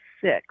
six